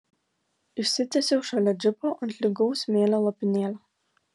išsitiesiau šalia džipo ant lygaus smėlio lopinėlio